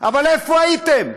אבל איפה הייתם?